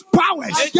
powers